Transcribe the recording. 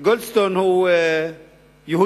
שגולדסטון הוא יהודי,